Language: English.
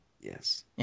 Yes